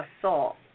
assault